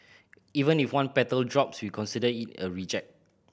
even if one petal drops we consider it a reject